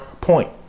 point